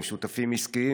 עם שותפים עסקיים,